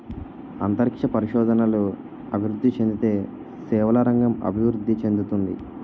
అంతరిక్ష పరిశోధనలు అభివృద్ధి చెందితే సేవల రంగం అభివృద్ధి చెందుతుంది